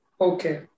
Okay